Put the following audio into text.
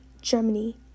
Germany